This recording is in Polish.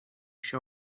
się